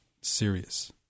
serious